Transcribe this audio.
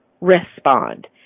respond